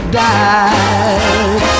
died